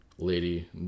Lady